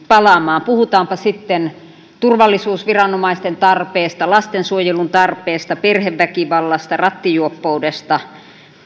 palaamaan puhutaanpa sitten turvallisuusviranomaisten tarpeesta lastensuojelun tarpeesta perheväkivallasta rattijuoppoudesta tai